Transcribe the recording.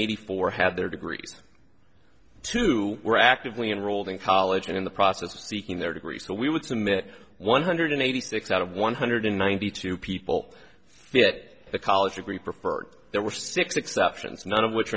eighty four had their degree two were actively enrolled in college and in the process of speaking their degrees so we would commit one hundred eighty six out of one hundred ninety two people fit the college degree preferred there were six exceptions none of which